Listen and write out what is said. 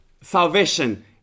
salvation